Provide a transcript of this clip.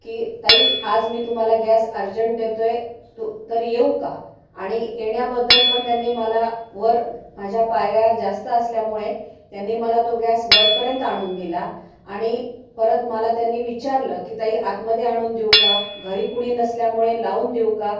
की ताई आज मी तुम्हाला गॅस आर्जंट देतो आहे तू तर येऊ का आणि येण्याबद्दल पण त्यांनी मला वर माझ्या पायऱ्या जास्त असल्यामुळे त्यांनी मला तो गॅस वरपर्यंत आणून दिला आणि परत मला त्यांनी विचारलं की ताई आतमध्ये आणून देऊ का घरी कुणी नसल्यामुळे लावून देऊ का